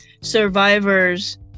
survivors